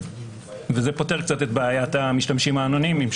וזה פותר קצת את בעיית המשתמשים האנונימיים,